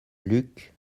luc